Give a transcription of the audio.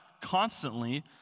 constantly